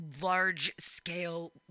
large-scale